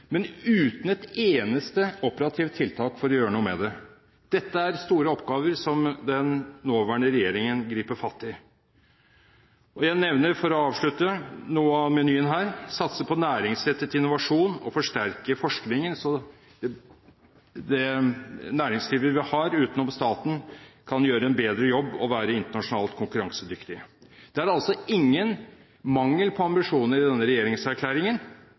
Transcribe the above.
men uten å komme med et eneste operativt tiltak for å gjøre noe med det. Dette er store oppgaver som den nåværende regjeringen griper fatt i. Jeg nevner, for å avslutte, noe av menyen her: satse på næringsrettet innovasjon og forsterke forskningen, så det næringslivet vi har, utenom staten, kan gjøre en bedre jobb og være internasjonalt konkurransedyktige. Det er altså ingen mangel på ambisjoner i denne regjeringserklæringen.